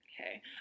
Okay